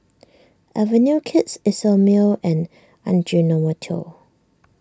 Avenue Kids Isomil and Ajinomoto